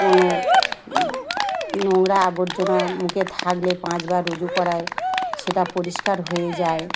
কোনো নোংরা আবর্জনা মুখে থাকলে পাঁচবার রুজু করায় সেটা পরিষ্কার হয়ে যায়